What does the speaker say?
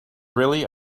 really